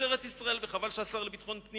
המשטרה התבקשה להכיר בזה כפיגוע לאומני,